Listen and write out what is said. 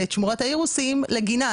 ואת שמורת האירוסים לגינה,